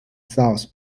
south